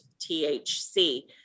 THC